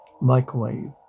Microwave